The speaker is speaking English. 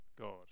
God